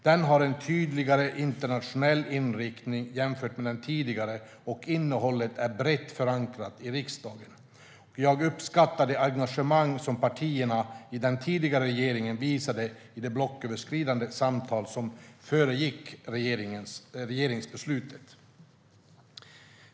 Den har en tydligare internationell inriktning jämfört med den tidigare, och innehållet är brett förankrat i riksdagen. Jag uppskattar det engagemang som partierna i den tidigare regeringen visade i de blocköverskridande samtal som föregick regeringsbeslutet.